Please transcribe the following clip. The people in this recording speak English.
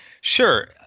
sure—